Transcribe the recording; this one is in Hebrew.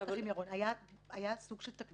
ואחר כך עם ירון, היה סוג של תקדים.